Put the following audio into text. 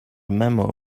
memo